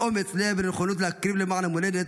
לאומץ לב ונכונות להקריב למען המולדת,